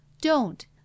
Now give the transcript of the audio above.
Don't